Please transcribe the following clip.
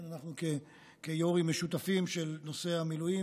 אנחנו יו"רים משותפים של נושא המילואים.